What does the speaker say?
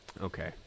okay